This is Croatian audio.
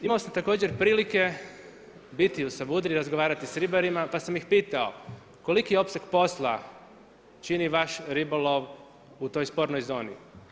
Imao sam također prilike biti u Savudriji, razgovarati s ribarima, pa sam ih pitao, koliki je opseg posla čini vaš ribolov u toj spornoj zoni.